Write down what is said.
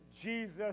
Jesus